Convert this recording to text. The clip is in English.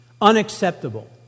Unacceptable